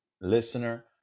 listener